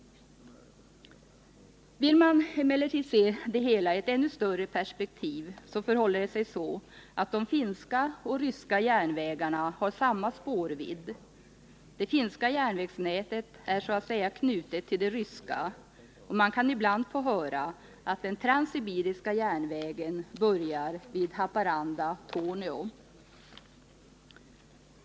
Vill man emellertid se det hela i ett ännu större perspektiv kan man notera att det förhåller sig så att de finska och ryska järnvägarna har samma spårvidd. Det finska järnvägsnätet är så att säga knutet till det ryska, och man kan ibland få höra att den transsibiriska järnvägen börjar vid Haparanda-Torneå.